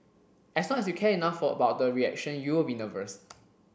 as long as you care enough for about the reaction you will be nervous